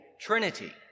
trinity